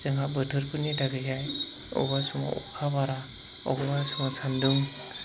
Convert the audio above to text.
जोंहा बोथोरफोरनि थाखायनो अबेबा समाव अखा बारा अबेबा समाव सान्दुं